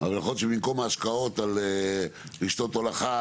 יכול להיות שבמקום ההשקעות על רשתות הולכה